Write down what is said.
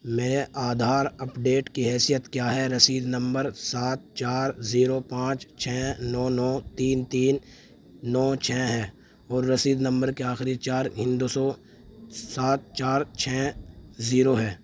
میرے آدھار اپڈیٹ کی حیثیت کیا ہے رسید نمبر سات چار زیرو پانچ چھ نو نو تین تین نو چھ ہے اور رسید نمبر کے آخری چار ہندسوں سات چار چھ زیرو ہے